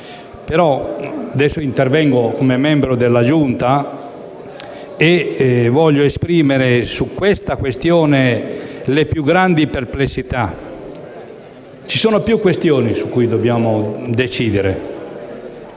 ma intervengo come membro della Giunta e voglio esprimere le più grandi perplessità. Ci sono più questioni su cui dobbiamo decidere: